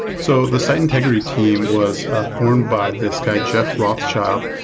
so the site integrity team was ah formed by this guy, jeff rothschild,